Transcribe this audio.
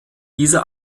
diese